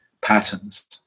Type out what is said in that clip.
patterns